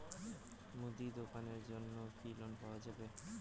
মুদি দোকানের জন্যে কি লোন পাওয়া যাবে?